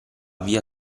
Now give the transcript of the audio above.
via